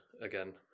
again